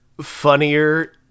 funnier